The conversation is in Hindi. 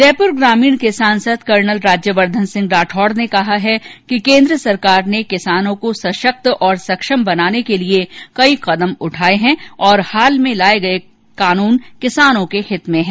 जयपुर ग्रामीण के सांसद कर्नल राज्यवर्धन सिंह राठौड़ ने कहा है कि केन्द्र सरकार ने किसानों को सशक्त और सक्षम बनाने के लिये कई कदम उठाये हैं और हाल में लाये गये कानून किसानों के हित में हैं